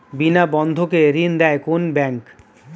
বিনা বন্ধকে ঋণ দেয় কোন ব্যাংক?